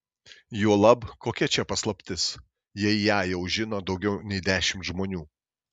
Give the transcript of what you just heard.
juolab kokia čia paslaptis jei ją jau žino daugiau nei dešimt žmonių